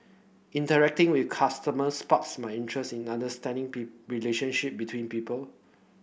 interacting with customers sparks my interest in understanding be relationship between people